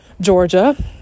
georgia